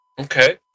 Okay